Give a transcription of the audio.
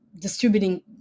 distributing